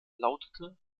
lautet